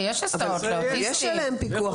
יש עליהם פיקוח.